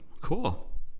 cool